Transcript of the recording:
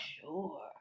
sure